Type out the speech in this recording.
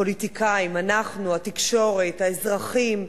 הפוליטיקאים, אנחנו, התקשורת, האזרחים,